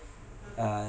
uh